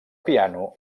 piano